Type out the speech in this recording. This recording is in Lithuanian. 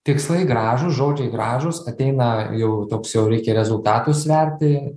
tikslai gražūs žodžiai gražūs ateina jau toks jau reikia rezultatus sverti